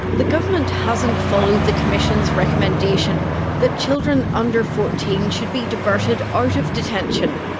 the government hasn't followed the commission's recommendation that children under fourteen should be diverted out of detention.